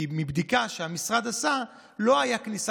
כי מבדיקה שהמשרד עשה לא הייתה כניסה